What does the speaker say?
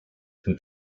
who